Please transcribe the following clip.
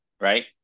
Right